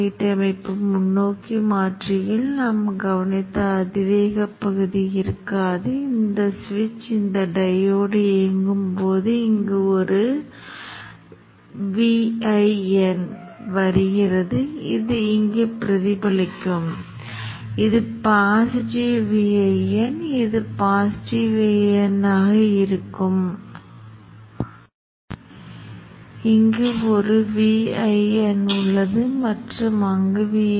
ஆதாரம் இது போல் இருக்கும் நான் இங்கே இங்கே இங்கே மற்றும் இங்கே இல்லை என்று அறிமுகப்படுத்தப் போகிறேன் நாம் என்ன செய்ய முடியும் இங்கே இரண்டு தேவையில்லை நம்மிடம் ஒன்று இங்கேயும் ஒன்று இங்கேயும் இருக்கும் எனவே இவை இரண்டும் இங்கு பாயும் மின்னோட்டத்தின் அனைத்து தகவல்களையும் உங்களுக்கு கொடுக்கும் மற்றும் இங்கே ஒன்று இரண்டாம் நிலை மின்னோட்டத்தை உங்களுக்கு கொடுக்கும்